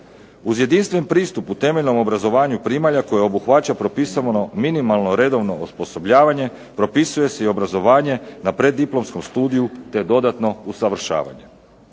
Uz jedinstven pristup u temeljnom obrazovanju primalja koje obuhvaća propisano minimalno redovno osposobljavanje propisuje se i obrazovanje na preddiplomskom studiju, te dodatno usavršavanje.